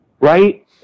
Right